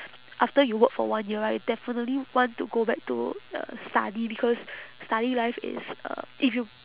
after you work for one year right definitely want to go back to uh study because study life is uh if you